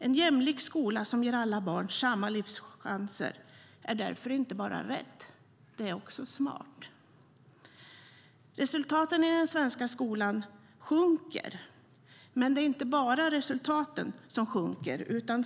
En jämlik skola som ger alla barn samma livschanser är därför inte bara rätt utan också smart. Resultaten i den svenska skolan sjunker, men det är inte bara resultaten som sjunker.